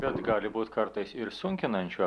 bet gali būt kartais ir sunkinančių